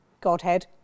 Godhead